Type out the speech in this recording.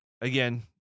again